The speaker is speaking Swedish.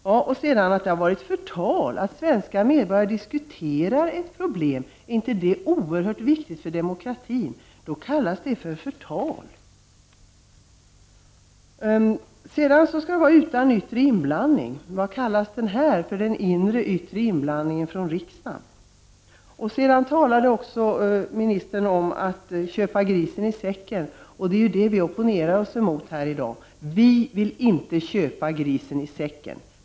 Skolministern sade också att det har förekommit förtal. Är det inte oerhört viktigt att svenska medborgare diskuterar ett problem? Att kalla det för förtal är väl ändå inte rimligt. Beslutet skall fattas ”utan yttre inblandning”. Vad kallas den här debatten — inre yttre inblandning från riksdagen? Ministern talade också om att köpa grisen i säcken. Det är just det som vi opponerar oss mot här i dag — vi vill inte köpa grisen i säcken.